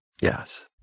Yes